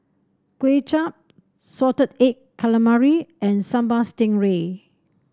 Kway Chap Salted Egg Calamari and Sambal Stingray